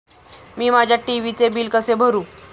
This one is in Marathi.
मी माझ्या टी.व्ही चे बिल कसे भरू?